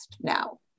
now